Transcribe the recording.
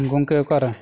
ᱜᱚᱢᱠᱮ ᱚᱠᱟᱨᱮ